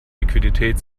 liquidität